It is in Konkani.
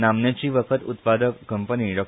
नामनेची वखद उत्पादक कंपनी डा